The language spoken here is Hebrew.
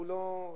הוא לא,